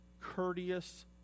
courteous